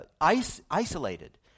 isolated